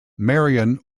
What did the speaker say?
marion